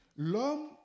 L'homme